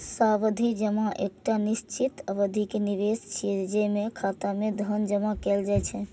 सावधि जमा एकटा निश्चित अवधि के निवेश छियै, जेमे खाता मे धन जमा कैल जाइ छै